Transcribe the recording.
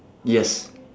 yes